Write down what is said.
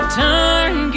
turn